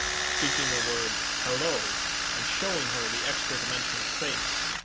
speaking the word hello and showing her the extradimensional space.